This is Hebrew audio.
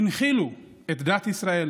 הם הנחילו את דת ישראל,